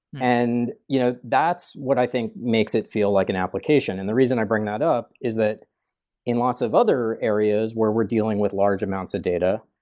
and you know that's what i think makes it feel like an application, and the reason i bring that up is that in lots of other areas where we're dealing with large amounts of data,